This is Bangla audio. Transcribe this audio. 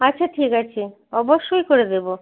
আচ্ছা ঠিক আছে অবশ্যই করে দেবো